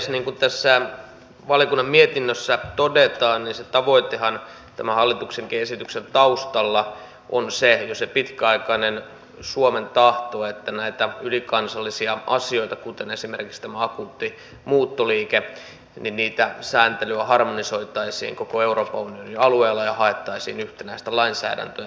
niin kuin tässä valiokunnan mietinnössä todetaan se tavoitehan tämän hallituksen esityksenkin taustalla on se jo pitkäaikainen suomen tahto että näiden ylikansallisten asioiden kuten esimerkiksi tämän akuutin muuttoliikkeen sääntelyä harmonisoitaisiin koko euroopan unionin alueella ja haettaisiin yhtenäistä lainsäädäntöä